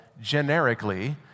generically